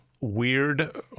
weird